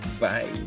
bye